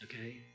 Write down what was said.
okay